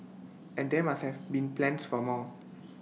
and there must have been plans for more